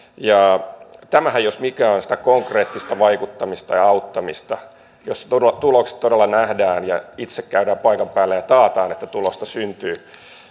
tämähän jos mikään on sitä konkreettista vaikuttamista ja auttamista jossa tulokset todella nähdään ja itse käydään paikan päällä ja taataan että tulosta syntyy